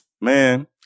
man